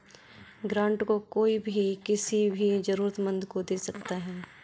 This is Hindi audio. ग्रांट को कोई भी किसी भी जरूरतमन्द को दे सकता है